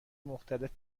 مختلف